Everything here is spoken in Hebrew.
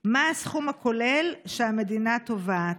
5. מה הסכום הכולל שהמדינה תובעת?